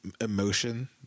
emotion